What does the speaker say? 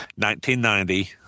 1990